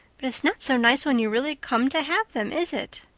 but it's not so nice when you really come to have them, is it?